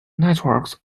networks